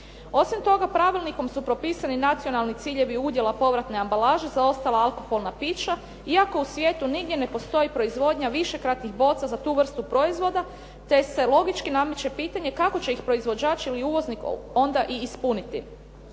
Osim toga, pravilnikom su propisani nacionalni ciljevi udjela povratne ambalaže za ostala alkoholna pića, iako u svijetu nigdje ne postoji proizvodnja višekratnih boca za tu vrstu proizvoda te se logički nameće pitanje kako će ih proizvođač ili uvoznik onda i ispuniti.